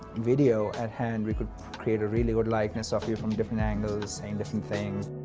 video at hand, we could create a really good likeness of you from different angles, saying different things.